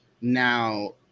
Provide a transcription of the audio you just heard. now